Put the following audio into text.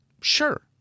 sure